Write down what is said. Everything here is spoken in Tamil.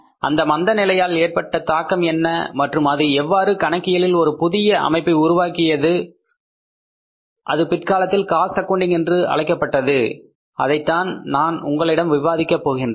அந்த மந்த நிலையால் ஏற்பட்ட தாக்கம் என்ன மற்றும் அது எவ்வாறு கணக்கியலில் புதிய ஒரு அமைப்பை உருவாக்க ஊக்குவித்தது அது பிற்காலத்தில் காஸ்ட் ஆக்கவுண்டிங் என்று அழைக்கப்பட்டது அதைத்தான் நான் உங்களிடம் விவாதிக்க போகின்றேன்